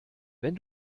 wenn